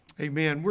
Amen